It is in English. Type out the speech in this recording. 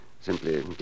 simply